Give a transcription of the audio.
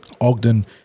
Ogden